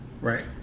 Right